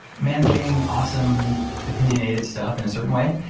managing awesome opinionated stuff in a certain way,